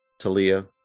Talia